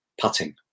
putting